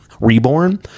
reborn